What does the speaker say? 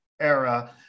era